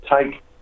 take